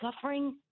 suffering